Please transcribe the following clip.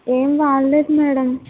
ఏం వాడలేదు మేడం